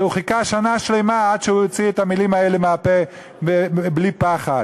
הוא חיכה שנה שלמה עד שהוא הוציא את המילים האלה מהפה בלי פחד.